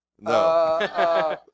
No